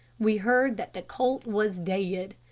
we heard that the colt was dead.